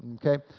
okay.